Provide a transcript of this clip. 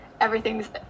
Everything's